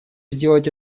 сделать